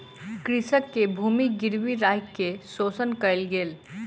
कृषक के भूमि गिरवी राइख के शोषण कयल गेल